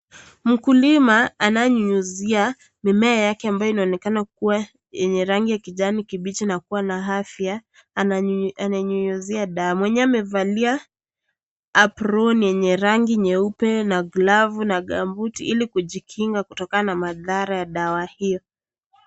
Mkulima ananyunyuzia mimea yake ambayo inaonekana kuwa yenye rangi ya kijani kibichi na kuwa na afya ananyunyuzia dawa, mwenyewe amevalia aproni yenye rangi nyeupe na glovu na gambuti ili kujikinga kutokana na madhara ya dawa hiyo.